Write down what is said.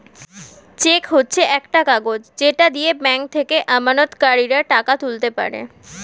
check হচ্ছে একটা কাগজ যেটা দিয়ে ব্যাংক থেকে আমানতকারীরা টাকা তুলতে পারে